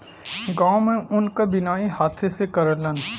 गांव में ऊन क बिनाई हाथे से करलन